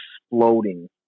exploding